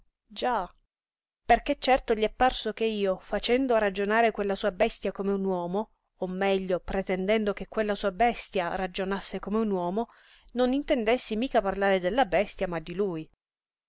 perché certo gli è parso che io facendo ragionare quella sua bestia come un uomo o meglio pretendendo che quella sua bestia ragionasse come un uomo non intendessi mica parlare della bestia ma di lui